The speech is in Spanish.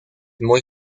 muy